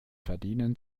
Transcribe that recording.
verdienen